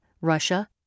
Russia